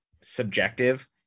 subjective